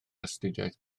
astudiaeth